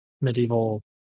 medieval